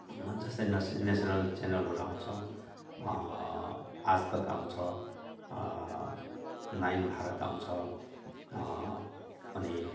न जस्तै नसे नेसनल च्यानलहरू आउँछ आज तक आउँछ नाइन भारत आउँछ अनि